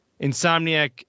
Insomniac